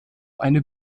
eine